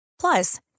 Plus